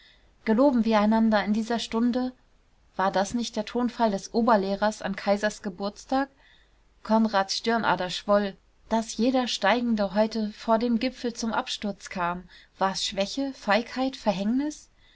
geloben wir einander in dieser stunde war das nicht der tonfall des oberlehrers an kaisers geburtstag konrads stirnader schwoll daß jeder steigende heute vor dem gipfel zum absturz kam war's schwäche feigheit verhängnis